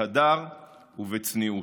בהדר ובצניעות.